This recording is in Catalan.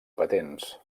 patents